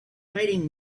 fighting